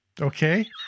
okay